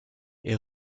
est